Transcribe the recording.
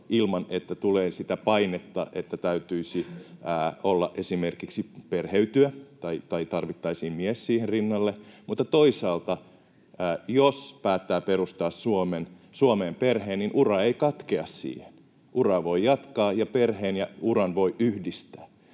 ilman, että tulee sitä painetta, että täytyisi esimerkiksi perheytyä tai tarvittaisiin mies siihen rinnalle, mutta toisaalta jos päättää perustaa Suomeen perheen, niin ura ei katkea siihen — uraa voi jatkaa, ja perheen ja uran voi yhdistää.